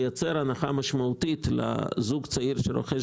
לייצר הנחה משמעותית לזוג צעיר שרוכש